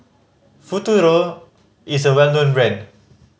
Futuro is a well known brand